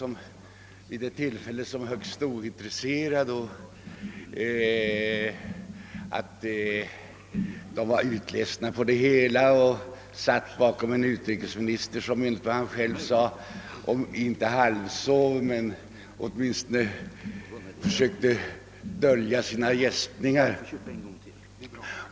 Han beskrev kammaren såsom högst ointresserad, ledamöterna verkade utledsna på <debatterandet. Själv satt han och kanske inte direkt halvsov men försökte dölja sina gäspningar.